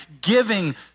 giving